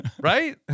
Right